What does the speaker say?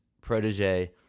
protege